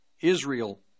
Israel